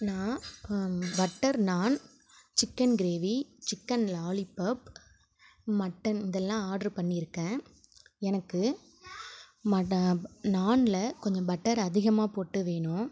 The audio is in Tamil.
நான் butter naan chicken gravy chicken lollipop mutton இதல்லாம் ஆர்டர் பண்ணியிருக்கேன் எனக்கு மட நானில் கொஞ்சம் பட்டர் அதிகமாக போட்டு வேணும்